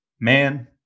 man